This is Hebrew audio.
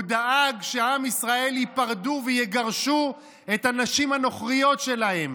הוא דאג שעם ישראל ייפרדו ויגרשו את הנשים הנוכריות שלהם.